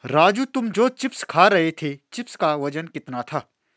राजू तुम जो चिप्स खा रहे थे चिप्स का वजन कितना था?